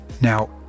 Now